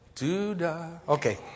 Okay